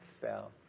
fell